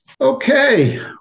Okay